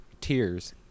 Tears